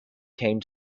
came